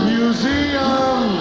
museum